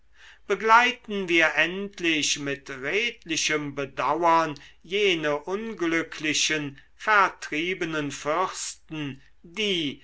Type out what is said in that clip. begleiten wir endlich mit redlichem bedauern jene unglücklichen vertriebenen fürsten die